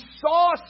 saw